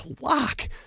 lock